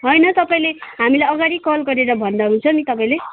होइन तपाईँले हामीलाई अघाडि कल गरेर भन्दा हुन्छ नि तपाईँले